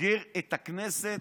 סוגר את הכנסת